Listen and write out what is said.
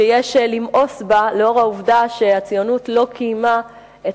שיש למאוס בה לאור העובדה שהציונות לא קיימה את